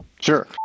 Sure